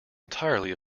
entirely